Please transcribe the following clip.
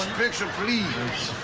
and picture, please.